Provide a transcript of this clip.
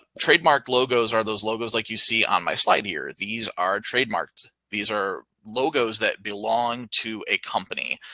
trademark logos are those logos like you see on my slide here. these are trademarks. these are logos that belong to a company.